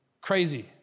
Crazy